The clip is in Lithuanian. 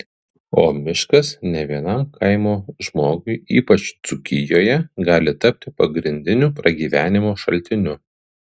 o miškas ne vienam kaimo žmogui ypač dzūkijoje gali tapti pagrindiniu pragyvenimo šaltiniu